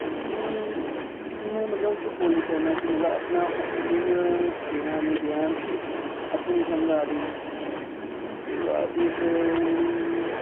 में मतलब के बोली सकनां कि मतलब अपना ओपीनियन देआ नेईं देआ में आपूं निं समझ आ दी विवाद इक